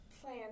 plan